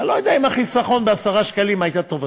ואני לא יודע אם החיסכון של 10 שקלים היה לטובתו,